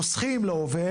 חוסכים לעובד,